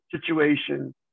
situation